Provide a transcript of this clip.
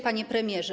Panie Premierze!